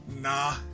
nah